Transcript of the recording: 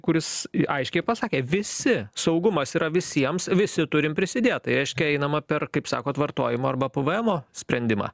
kuris aiškiai pasakė visi saugumas yra visiems visi turim prisidėt tai aiškiai einama per kaip sakot vartojimo arba pvemo sprendimą